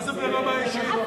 מה זה ברמה אישית?